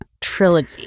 trilogy